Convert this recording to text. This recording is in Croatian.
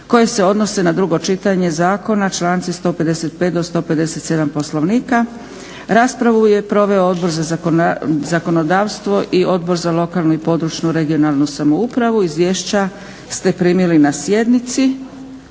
koje se odnose na drugo čitanje zakona, članci 155. do 157. Poslovnika. Raspravu je proveo Odbor za zakonodavstvo i Odbor za lokalnu i područnu (regionalnu) samoupravu. Izvješća ste primili na sjednici.